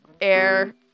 air